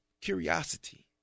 curiosity